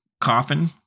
coffin